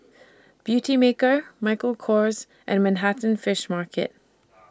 Beautymaker Michael Kors and Manhattan Fish Market